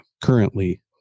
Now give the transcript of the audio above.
currently